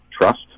trust